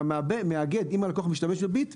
ואם הלקוח משתמש ב"ביט",